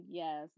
yes